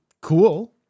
cool